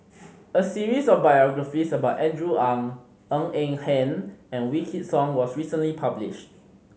a series of biographies about Andrew Ang Ng Eng Hen and Wykidd Song was recently published